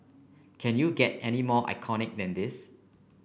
can you get any more iconic than this